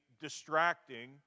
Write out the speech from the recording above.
distracting